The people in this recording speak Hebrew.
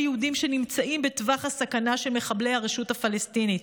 יהודים שנמצאים בטווח הסכנה של מחבלי הרשות הפלסטינית,